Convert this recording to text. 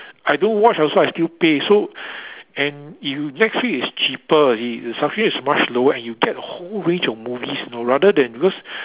I don't watch also I still pay so and if netflix is cheaper you see the subscription is much lower and you get a whole range of movies you know rather than because